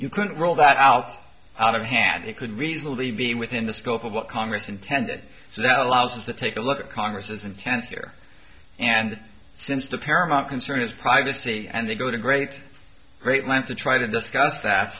you could roll that out so out of hand it could reasonably be within the scope of what congress intended so that allows us to take a look at congress's intense here and since the paramount concern is privacy and they go to great great lengths to try to discuss that